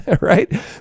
right